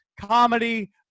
comedy